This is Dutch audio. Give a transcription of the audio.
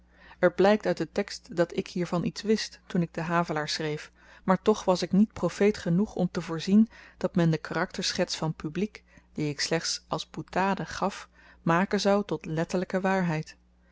er blykt uit den tekst dat ik hiervan iets wist toen ik den havelaar schreef maar toch was ik niet profeet genoeg om te voorzien dat men de karakterschets van publiek die ik slechts als boutade gaf maken zou tot letterlyke waarheid